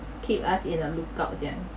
keep us in a lookout jiang